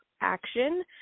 action